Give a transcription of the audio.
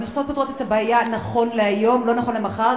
המכסות פותרות את הבעיה נכון להיום, לא נכון למחר.